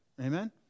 Amen